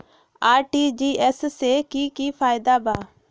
RTGS से की की फायदा बा?